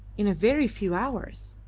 in a very few hours.